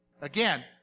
Again